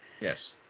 Yes